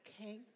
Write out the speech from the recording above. Okay